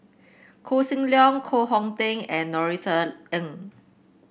Koh Seng Leong Koh Hong Teng and Norothy Ng